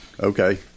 Okay